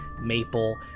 maple